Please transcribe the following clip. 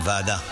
לוועדה.